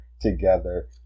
together